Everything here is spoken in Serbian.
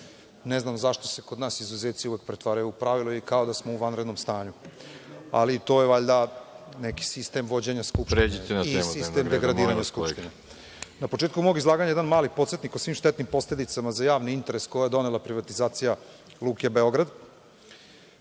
Ne znam zašto se kod nas izuzeci uvek pretvaraju u pravila, kao da smo u vanrednom stanju, ali to je valjda neki sistem vođenja Skupštine i sistem degradiranje Skupštine. Na početku mog izlaganja, jedan mali podsetnik o svim štetnim posledicama za javni interes koji je donela privatizacija Luke Beograd.